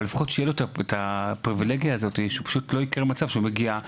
אבל לפחות שיהיה לו הפריבילגיה הזאת שפשוט לא יקרה מצב שהוא מגיע,